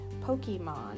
Pokemon